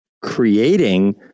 Creating